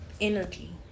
energy